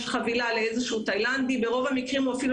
אם יש חבילה לאיזשהו תאילנדי הוא ברוב המקרים אפילו